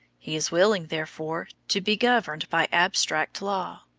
he is willing, therefore, to be governed by abstract law.